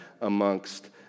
amongst